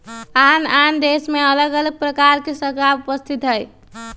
आन आन देशमें अलग अलग प्रकार के सरकार उपस्थित हइ